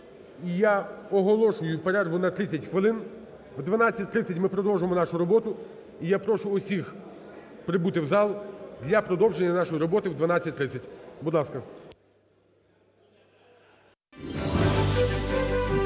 я оголошую перерву на 30 хвилин. О 12.30 ми продовжимо нашу роботу, і я прошу усіх прибути у зал для продовження нашої роботи о 12.30. Будь ласка.